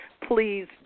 please